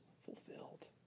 fulfilled